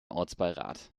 ortsbeirat